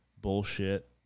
bullshit